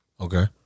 Okay